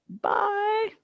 Bye